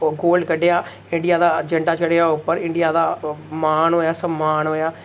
ओह् गोल्ड कड्ढेआ इंडिया दा झंडा चढ़ेआ उप्पर इंडिया दा मान होएया सम्मान होएया